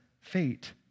fate